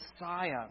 Messiah